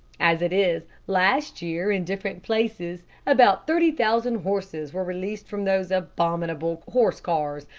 as it is, last year in different places, about thirty thousand horses were released from those abominable horse cars,